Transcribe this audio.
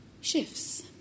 shifts